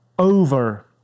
Over